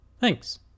Thanks